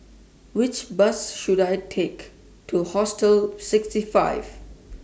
Which Bus should I Take to Hostel sixty five